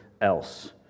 else